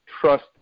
trust